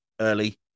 early